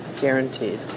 Guaranteed